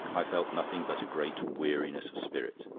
i felt nothing but a great weariness of spirit.